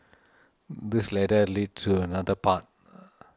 this ladder leads to another path